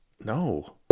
No